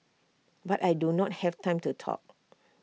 but I do not have time to talk